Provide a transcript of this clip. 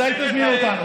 מתי תזמין אותנו?